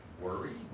worry